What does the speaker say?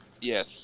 Yes